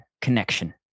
connection